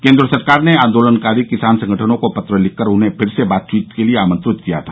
केंद्र सरकार ने आंदोलनकारी किसान संगठनों को पत्र लिखकर उन्हें फिर से बातचीत के लिए आमंत्रित किया था